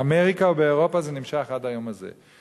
באמריקה ובאירופה זה נמשך עד היום הזה.